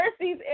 mercies